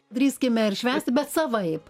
drįskime ir švęsti bet savaip